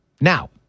Now